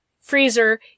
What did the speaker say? freezer